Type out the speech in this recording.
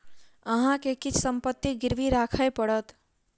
अहाँ के किछ संपत्ति गिरवी राखय पड़त